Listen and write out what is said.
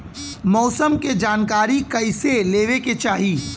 मौसम के जानकारी कईसे लेवे के चाही?